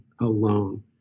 alone